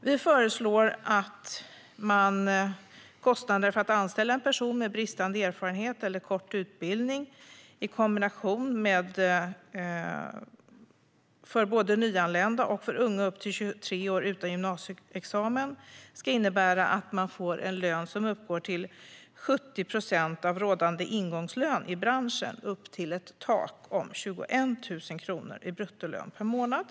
Vi föreslår att man ska minska kostnaden för att anställa en person med bristande erfarenhet eller kort utbildning, både för nyanlända och för unga upp till 23 år utan gymnasieexamen. Det ska innebära att de får en lön som uppgår till 70 procent av rådande ingångslön i branschen upp till ett tak om 21 000 kronor i bruttolön per månad.